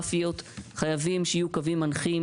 חייבים שיהיו קווים מנחים